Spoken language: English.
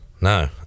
No